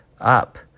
up